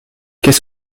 qu’est